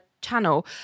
channel